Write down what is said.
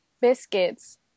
biscuits